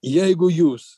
jeigu jūs